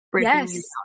Yes